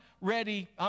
ready